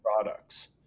products